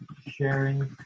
sharing